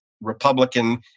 Republican